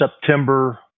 September